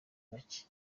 bake